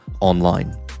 online